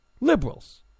liberals